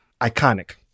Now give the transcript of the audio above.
iconic